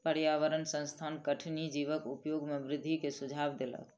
पर्यावरण संस्थान कठिनी जीवक उपयोग में वृद्धि के सुझाव देलक